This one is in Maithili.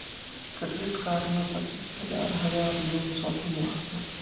क्रेडिट कार्ड मे पचीस हजार हजार लोन शॉपिंग वस्ते?